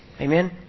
Amen